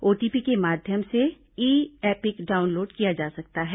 OTP के माध्यम से ई एपिक डाउनलोड किया जा सकता है